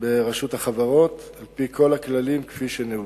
ברשות החברות על-פי כל הכללים, כפי שנהוג.